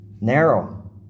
Narrow